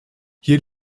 hier